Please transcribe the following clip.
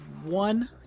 One